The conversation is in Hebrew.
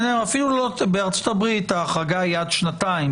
בארצות הברית ההחרגה היא עד שנתיים,